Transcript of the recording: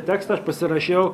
tekstą aš pasirašiau